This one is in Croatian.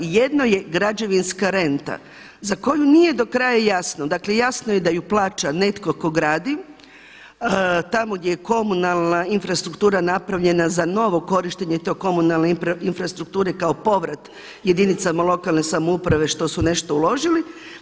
Jedno je građevinska renta za koju nije do kraja jasno, dakle jasno je da ju plaća netko tko gradi, tamo gdje je komunalna infrastruktura napravljena za novo korištenje te komunalne infrastrukture kao povrat jedinicama lokalne samouprave što su nešto uložili.